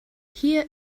hier